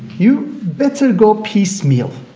you better go piecemeal.